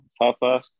Papa